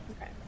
Okay